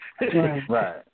Right